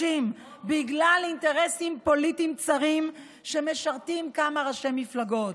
בגלל אינטרסים פוליטיים צרים שמשרתים כמה ראשי מפלגות.